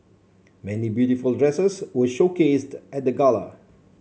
many beautiful dresses were showcased at the gala